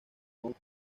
con